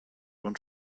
und